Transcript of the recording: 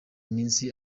iminsi